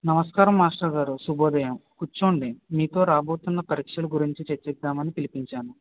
నమస్కారం మాస్టారు గారు శుభోదయం కూర్చోండి మీతో రాబోతున్న పరీక్షల గురించి చర్చిద్దాం అని పిలిపించాను